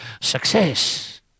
Success